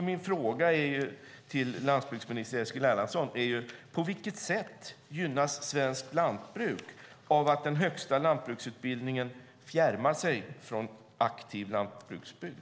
Min fråga till landsbygdsminister Eskil Erlandsson är: På vilket sätt gynnas svenskt lantbruk av att den högsta lantbruksutbildningen fjärmar sig från aktiv lantbruksbygd?